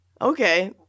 Okay